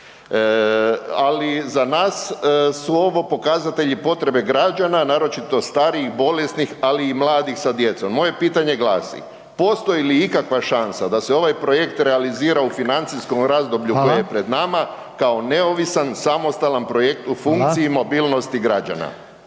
ali za nas su ovo pokazatelji potrebe građana, naročito starijih, bolesnih, ali i mladih sa djecom. Moje pitanje glasi, postoji li ikakva šansa da se ovaj projekt realizira u financijskom razdoblju …/Upadica: Hvala/…koje je pred nama kao neovisan samostalan projekt u funkciji …/Upadica: